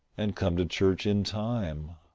and come to church in time.